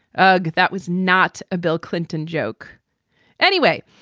ah that was not a bill clinton joke anyway.